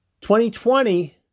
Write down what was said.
2020